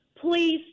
please